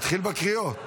נתחיל בקריאות.